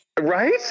Right